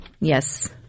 yes